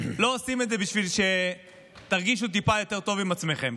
לא עושים את זה כדי שתרגישו טיפה יותר טוב עם עצמכם.